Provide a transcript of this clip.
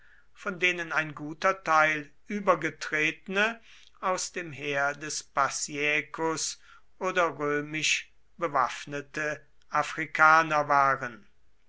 von denen ein guter teil übergetretene aus dem heer des pacciaecus oder römisch bewaffnete afrikaner waren